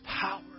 power